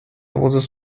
was